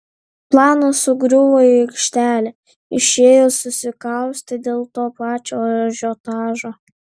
planas sugriuvo į aikštelę išėjo susikaustę dėl to pačio ažiotažo